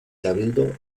cabildo